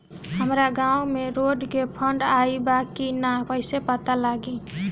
हमरा गांव मे रोड के फन्ड आइल बा कि ना कैसे पता लागि?